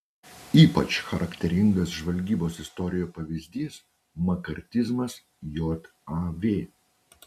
ypač charakteringas žvalgybos istorijoje pavyzdys makartizmas jav